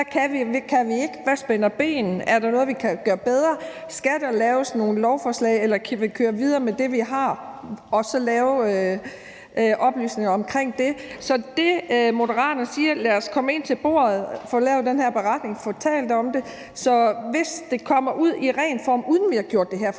Hvad spænder ben? Er der noget, vi kan gøre bedre? Skal der laves nogle lovforslag, eller kan vi køre videre med det, vi har, og så lave noget oplysning omkring det? Så det, Moderaterne siger, er: Lad os komme ind til bordet, få lavet den her beretning, få talt om det. Så hvis det kommer ud i ren form, uden at vi har gjort det her